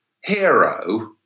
hero